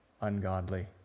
ungodly